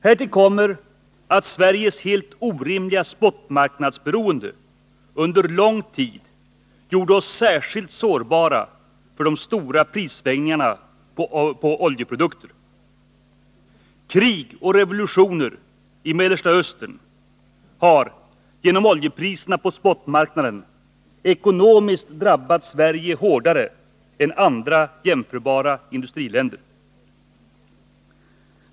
Härtill kommer att Sveriges helt orimliga spotmarknadsberoende under lång tid gjorde oss särskilt sårbara för de stora prissvängningarna på oljeprodukter. Krig och revolutioner i Mellersta Östern har genom oljepriserna på spotmarknaden ekonomiskt drabbat Sverige hårdare än jämförbara industriländer.